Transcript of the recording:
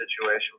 situation